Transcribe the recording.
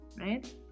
right